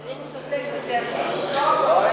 אם הוא שותק, זה שיא השיאים, שלא נדע,